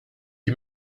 die